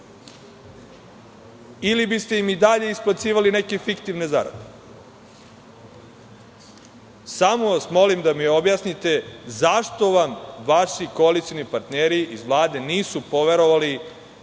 Ili biste im i dalje isplaćivali neke fiktivne zarade? Samo vas molim da mi objasnite zašto vam vaši koalicioni partneri iz Vlade nisu poverovali